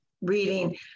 reading